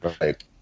Right